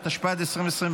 מעצרים)